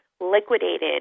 liquidated